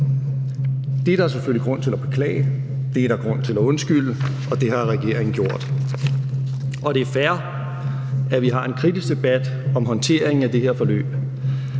Det er der selvfølgelig grund til at beklage, det er der grund til at undskylde, og det har regeringen gjort. Og det er fair, at vi har en kritisk debat om håndteringen af det her forløb.